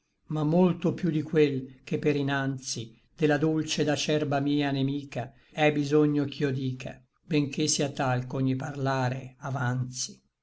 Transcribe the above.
ma molto piú di quel che per inanzi de la dolce et acerba mia nemica è bisogno ch'io dica benché sia tal ch'ogni parlare avanzi